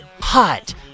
hot